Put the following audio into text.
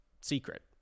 secret